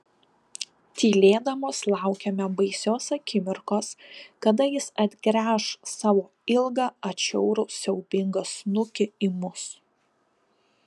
tylėdamos laukėme baisios akimirkos kada jis atgręš savo ilgą atšiaurų siaubingą snukį į mus